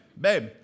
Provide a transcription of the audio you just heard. babe